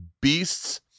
beasts